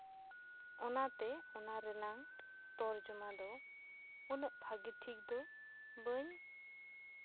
ᱚᱱᱟᱛᱮ ᱚᱱᱟ ᱨᱮᱱᱟᱝ ᱛᱚᱨᱡᱚᱢᱟ ᱫᱚ ᱩᱱᱟᱹᱜ ᱵᱷᱟᱜᱤ ᱴᱷᱤᱠ ᱫᱚ ᱵᱟᱹᱧ